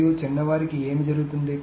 మరియు చిన్నవారికి ఏమి జరుగుతుంది